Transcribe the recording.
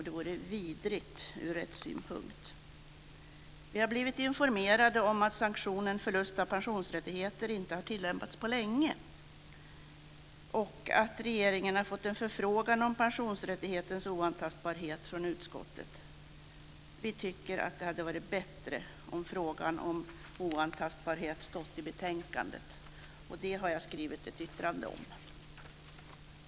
Det vore vidrigt ur rättssynpunkt. Vi har blivit informerade om att sanktionen förlust av pensionsrättigheter inte har tillämpats på länge och att regeringen har fått en förfrågan om pensionsrättigheternas oantastbarhet från utskottet. Vi tycker att det hade varit bättre om frågan om oantastbarhet hade behandlats i betänkandet, och det har jag skrivit ett yttrande om.